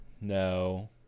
No